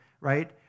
right